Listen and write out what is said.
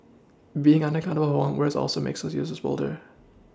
being unaccountable one's words also makes users bolder